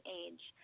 age